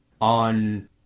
on